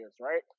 right